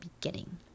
beginning